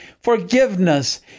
forgiveness